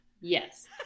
Yes